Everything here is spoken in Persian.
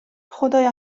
خدایا